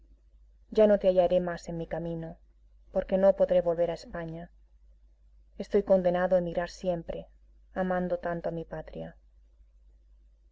ya no te hallaré más en mi camino porque no podré volver a españa estoy condenado a emigrar siempre amando tanto a mi patria